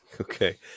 Okay